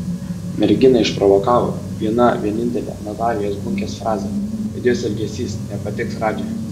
merginą išprovokavo viena vienintelė natalijos bunkės frazė kad jos elgesys nepatiks radži